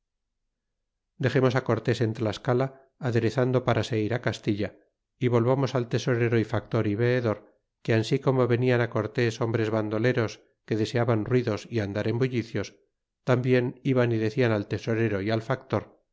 dexemos á cortés en tlascala aderezando para se ir castilla y volvamos al tesorero y factor y veedor que ansi como venian cortes hombres vandoleros que deseaban ruidos y andar en bullicios tambien iban y decian al tesorero y al factor